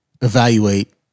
evaluate